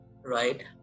right